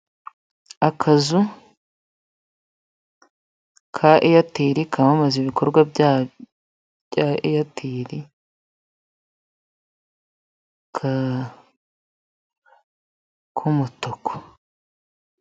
Akazu ka Eyateri kamamaza ibikorwa bya Eyateri k'umutuku.